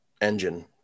engine